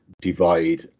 divide